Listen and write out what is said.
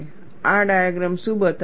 આ ડાયગ્રામ શું બતાવે છે